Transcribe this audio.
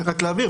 רק להבהיר.